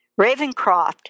Ravencroft